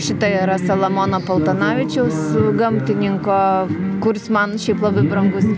šita era selemono paltanavičiaus gamtininko kuris man šiaip labai brangus